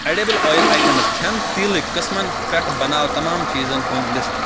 edible oil items کھٮ۪نہٕ تیٖلٕکۍ قٕسٕمن پٮ۪ٹھ بناو تمام چیٖزن ہُنٛد لسٹ